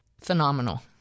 phenomenal